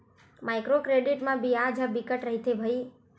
micro credit म बियाज ह बिकट रहिथे भई